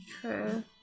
True